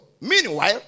meanwhile